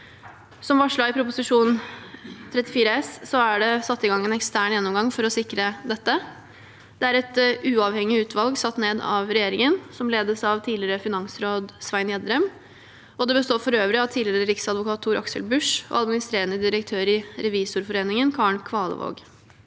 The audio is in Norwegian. Som varslet i Prop. 34 S er det satt i gang en ekstern gjennomgang for å sikre dette. Det er et uavhengig utvalg, satt ned av regjeringen, som ledes av tidligere finansråd Svein Gjedrem, og det består for øvrig av tidligere riksadvokat Tor Aksel Busch og administrerende direktør i Revisorforeningen, Karen Kvalevåg.